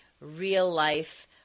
real-life